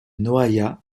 noaillat